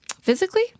Physically